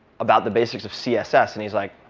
about the basics of css. and he's like,